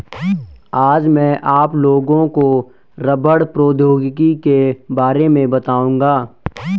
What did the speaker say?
आज मैं आप लोगों को रबड़ प्रौद्योगिकी के बारे में बताउंगा